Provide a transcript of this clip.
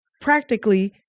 practically